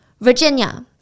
Virginia